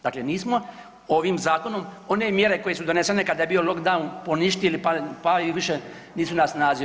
Dakle, nismo ovim zakonom one mjere koje su donesene kada je bio lockdown poništili pa i više nisu na snazi.